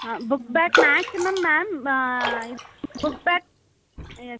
ah book back maximum ma'am book back S